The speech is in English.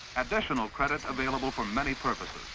additional credit available for many purposes.